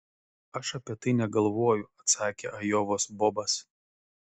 aš apie tai negalvoju atsakė ajovos bobas